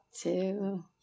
two